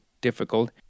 difficult